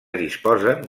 disposen